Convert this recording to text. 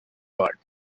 guard